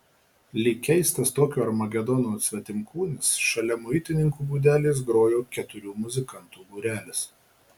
lyg keistas tokio armagedono svetimkūnis šalia muitininkų būdelės grojo keturių muzikantų būrelis